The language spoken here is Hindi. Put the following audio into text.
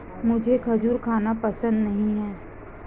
मुझें खजूर खाना पसंद नहीं है